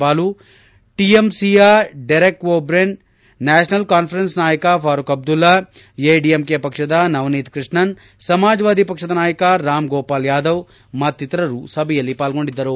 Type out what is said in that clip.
ಬಾಲು ಟಿಎಂಸಿಯ Derek O'Brien National Conference ನಾಯಕ ಫಾರೂಕ್ ಅಬ್ದುಲಾ ಎಐಎಡಿಎಂಕೆ ಪಕ್ಷದ ನವನೀತ ಕೃಷ್ಣನ್ ಸಮಾಜವಾದಿ ಪಕ್ಷದ ನಾಯಕ ರಾಮ್ಗೋಪಾಲ್ ಯಾದವ್ ಮತ್ತಿತರರು ಸಭೆಯಲ್ಲಿ ಪಾರ್ಗೊಂಡಿದ್ದರು